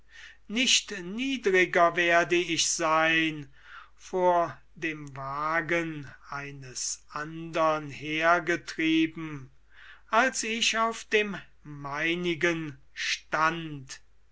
nicht niedriger werde ich sein vor dem wagen eines andern hergetrieben als ich auf dem meinigen stand